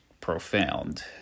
profound